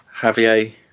javier